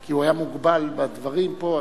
כי הוא היה מוגבל בדברים פה.